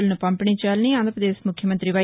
వులను పంపిణీ చేయాలని అంధ్రప్రదేశ్ ముఖ్యమంతి వై